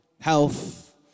health